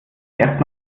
erst